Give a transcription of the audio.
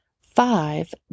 Five